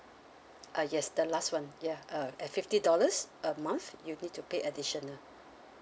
uh yes the last one ya uh at fifty dollars a month you need to pay additional